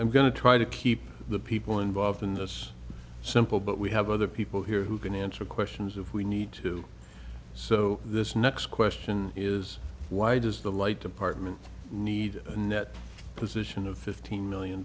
i'm going to try to keep the people involved in this simple but we have other people here who can answer questions if we need to so this next question is why does the light department need a net position of fifteen million